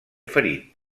ferit